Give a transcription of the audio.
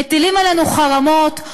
מטילים עלינו חרמות,